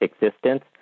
existence